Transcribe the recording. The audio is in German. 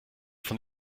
von